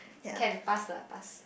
can pass lah pass